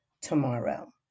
tomorrow